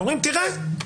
ואומרים: תראו,